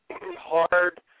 Hard